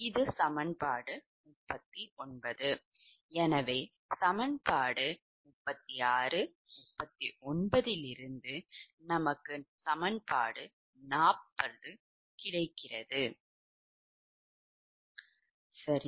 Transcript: இது சமன்பாடு 39 எனவே சமன்பாடு 36 மற்றும் 39 இலிருந்து நமக்கு கிடைக்கிறது சரி